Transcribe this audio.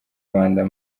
rwanda